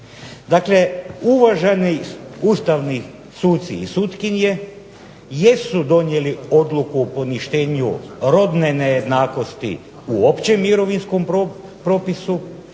Dakle uvaženi ustavni suci i sutkinje jesu donijeli odluku o poništenju rodne nejednakosti u općem mirovinskom propisu,